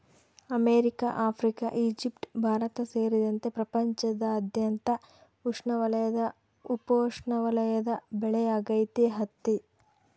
America Africa Egypt Bharat ಸೇರಿದಂತೆ ಪ್ರಪಂಚದಾದ್ಯಂತ ಉಷ್ಣವಲಯದ ಉಪೋಷ್ಣವಲಯದ ಬೆಳೆಯಾಗೈತಿ ಹತ್ತಿ